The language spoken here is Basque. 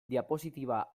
diapositiba